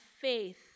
faith